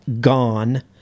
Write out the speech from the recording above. gone